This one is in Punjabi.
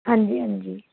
ਹਾਂਜੀ ਹਾਂਜੀ